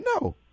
no